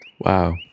Wow